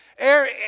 Air